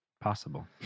Possible